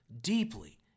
deeply